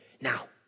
Now